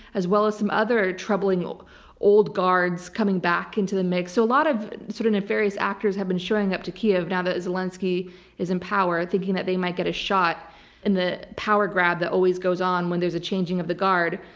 as well as some other troubling old old guards coming back into the mix. so a lot of sort of nefarious actors have been showing up to kyiv now that zelinsky is in power thinking that they might get a shot in the power grab that always goes on when there's a changing of the guard.